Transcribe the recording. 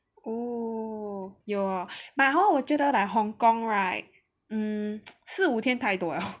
oh 有 hor but hor 我觉得 like Hong Kong right hmm 四五天太多 liao